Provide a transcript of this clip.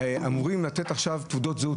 אמורים לתת עכשיו תעודות זהות,